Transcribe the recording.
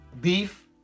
beef